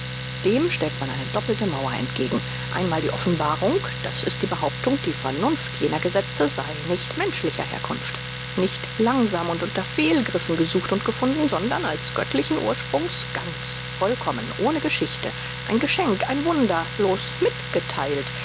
dem stellt man eine doppelte mauer entgegen einmal die offenbarung das ist die behauptung die vernunft jener gesetze sei nicht menschlicher herkunft nicht langsam und unter fehlgriffen gesucht und gefunden sondern als göttlichen ursprungs ganz vollkommen ohne geschichte ein geschenk ein wunder bloß mitgetheilt